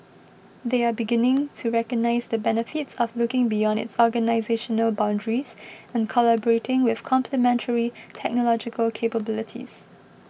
they are beginning to recognise the benefits of looking beyond its organisational boundaries and collaborating with complementary technological capabilities